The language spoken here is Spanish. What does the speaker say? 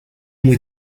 muy